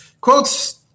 Quotes